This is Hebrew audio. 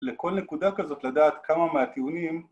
‫לכל נקודה כזאת לדעת ‫כמה מהטיעונים...